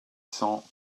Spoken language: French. cent